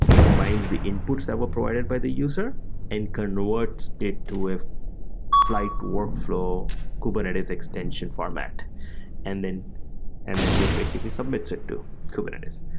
combines the inputs that were provided by the user and converts it to a flyte workflow kubernetes extension format and then and then just basically submits it to kubernetes.